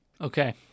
Okay